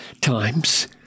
times